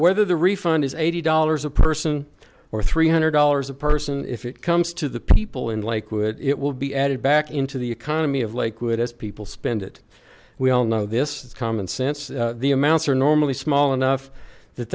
whether the refund is eighty dollars a person or three hundred dollars a person if it comes to the people in lakewood it will be added back into the economy of lakewood as people spend it we all know this is common sense the amounts are normally small enough that